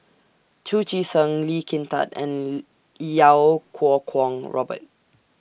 Chu Chee Seng Lee Kin Tat and Iau Kuo Kwong Robert